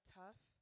tough